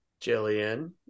Jillian